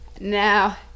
Now